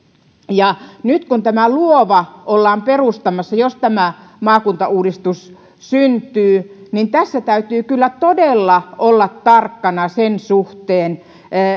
nyt kun tämä luova ollaan perustamassa jos tämä maakuntauudistus syntyy niin tässä täytyy kyllä todella olla tarkkana sen suhteen